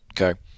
Okay